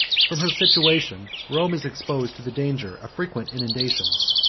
from her situation, rome is exposed to the danger of frequent inundations.